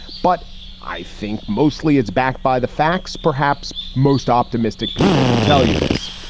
but i think mostly it's backed by the facts. perhaps most optimistic people will tell you this,